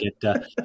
get